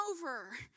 over